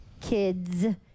kids